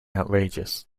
outrageous